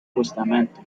bustamante